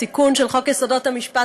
התיקון של חוק יסודות המשפט,